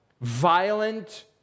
violent